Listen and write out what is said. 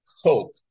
hope